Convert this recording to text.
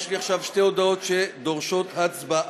יש לי עכשיו שתי הודעות שדורשות הצבעה.